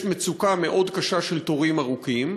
יש מצוקה קשה מאוד של תורים ארוכים,